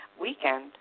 weekend